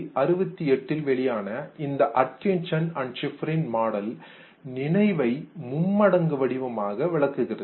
1968 இல் வெளியான இந்த Atkinson and Shiffrin model Atkinson Shiffrin's model நினைவை மும்மடங்கு வடிவமாக விளக்குகிறது